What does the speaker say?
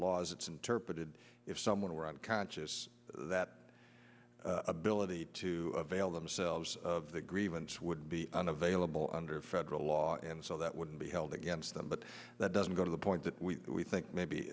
laws it's interpreted if someone were unconscious that ability to veil themselves of the grievance would be unavailable under a lot and so that wouldn't be held against them but that doesn't go to the point that we think maybe